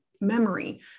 memory